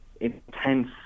intense